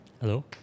Hello